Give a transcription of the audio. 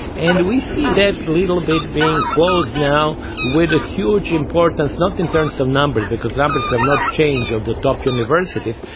and we see that little debate being close now with a huge importance, not in terms of numbers, because numbers have not change of the top universities,